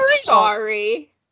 sorry